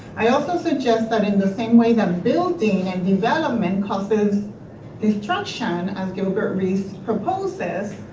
i also suggest that in the same way that a building and development causes destruction, as gilbert rist proposes,